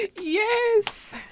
Yes